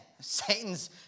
Satan's